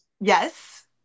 Yes